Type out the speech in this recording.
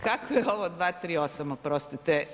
Kako je ovo 238. oprostite?